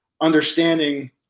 understanding